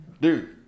dude